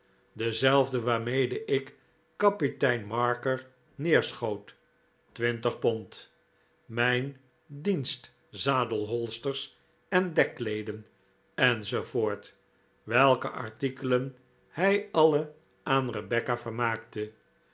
dezelfde waarmede ik kapitein marker neerschoot twintig pond mijn dienst zadelholsters en dekkleeden enz welke artikelen hij alle aan rebecca vermaakte